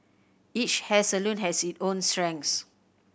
each hair salon has its own strengths